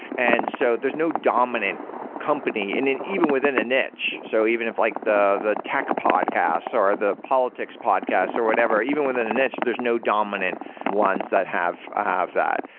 and so there's no dominant company and and even within a niche. so even if like the the tech podcasts, or the politics podcasts or whatever, even within a niche, there're no dominant ones that have ah have that.